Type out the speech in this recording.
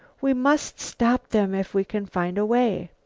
we must stop them if we can find a way.